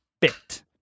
bit